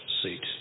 seat